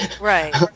Right